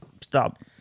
stop